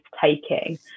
taking